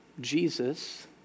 Jesus